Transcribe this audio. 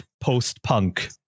post-punk